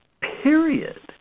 Period